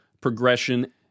progression